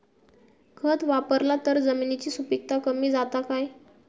खत वापरला तर जमिनीची सुपीकता कमी जाता काय?